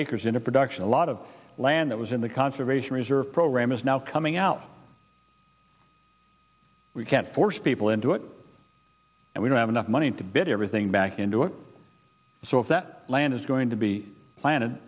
acres in a production a lot of land that was in the conservation reserve program is now coming out we can't force people into it and we don't have enough money to build everything back into it so if that land is going to be planted